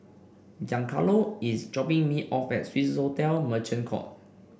Giancarlo is dropping me off at Swissotel Merchant Court